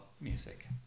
music